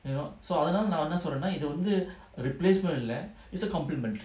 you know so அதனாலநான்என்னசொல்றேன்னாஇதுவந்து:adhunala nan enna solrena idhu vandhu replacement leh it's a complement